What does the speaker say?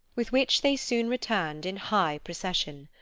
with which they soon returned in high procession.